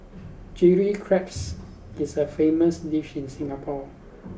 Chilli Crabs is a famous dish in Singapore